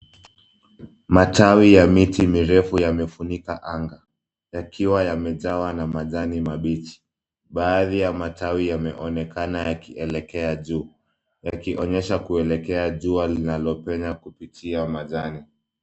Matawi ya miti mirefu yamefunika anga yakiwa yamejawa na majani mabichi. Baadhi ya matawi yanaonekana yakielekea juu yakionyesha kueleke jua linano penya kupita majani.